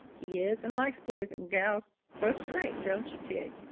he is, and likes boys and gals fust-rate don't ye, tige?